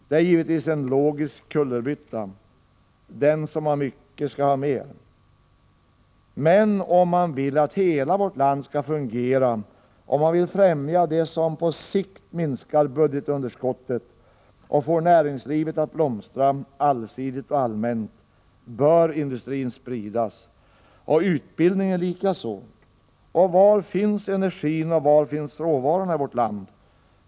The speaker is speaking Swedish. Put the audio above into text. Det är givetvis en logisk kullerbytta — den som har mycket skall ha mer. Om man vill att hela vårt land skall fungera och vill främja det som på sikt minskar budgetunderskottet och får näringslivet att blomstra allsidigt och allmänt, bör industrin spridas och utbildningen likaså. Och var finns energin och råvarorna i vårt land?